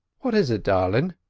what is it, darlin'?